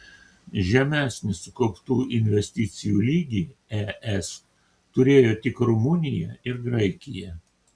žemesnį sukauptų investicijų lygį es turėjo tik rumunija ir graikija